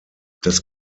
das